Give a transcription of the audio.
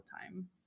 time